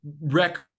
record